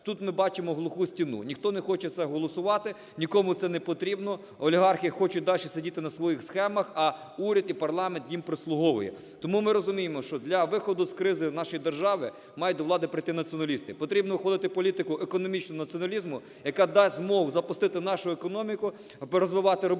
Тут ми бачимо глуху стіну. Ніхто не хоче це голосувати, нікому це непотрібно, олігархи хочуть дальше сидіти на своїх схемах, а уряд і парламент їм прислуговує. Тому ми розуміємо, що для виходу з кризи нашої держави мають до влади прийти націоналісти. Потрібно ухвалити політику економічного націоналізму, яка дасть знов запустити нашу економіку, аби розвивати робочі